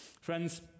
Friends